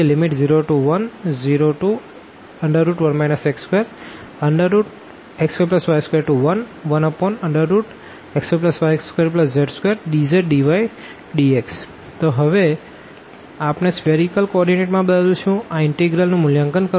0101 x2x2y211x2y2z2dzdydx તો હવે આપણે સ્ફીઅરીકલ કો ઓર્ડીનેટ માં બદલશું આ ઇનટેગ્રલ નું મૂલ્યાંકન કરવા માટે